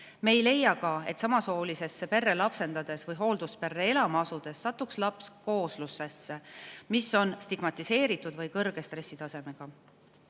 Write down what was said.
Me ei leia ka, et samasoolisesse perre või hooldusperre elama asudes satuks laps kooslusesse, mis on stigmatiseeritud või kõrge stressitasemega.